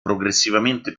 progressivamente